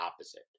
opposite